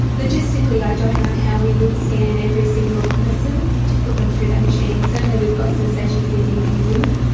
logistically i don't know how we would scan every single person to put them through that machine. certainly we've got sensation seeking young women.